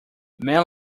men